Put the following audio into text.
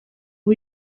ubu